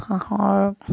হাঁহৰ